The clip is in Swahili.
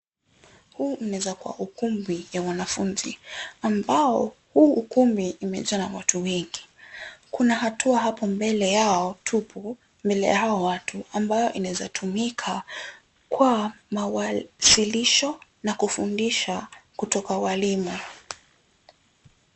Huu unaweza kuwa ukumbi ya wanafunzi ambao huu ukumbi imejaa na watu wengi. Kuna hatua hapo mbele yao tupu mbele ya hao watu ambayo inaweza tumika kwa mawasilisho na kufundisha kutoka walimu.